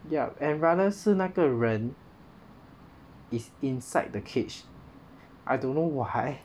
yup and rather 是那个人 is inside the cage I don't know why